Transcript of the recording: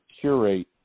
curate